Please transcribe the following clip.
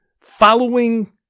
following